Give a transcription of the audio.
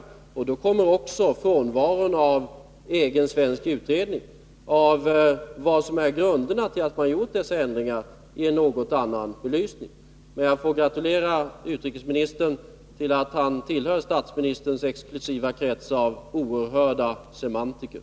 Då kommer också frånvaron av en egen svensk utredning om vad som är orsakerna till att man gjort dessa ändringar i en något annan belysning. Men jag får gratulera utrikesministern initiativ för att skapa en kärnvapenfri zon i till att han tillhör statsministerns exklusiva krets av oerhörda semantiker.